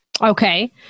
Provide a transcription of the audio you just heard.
Okay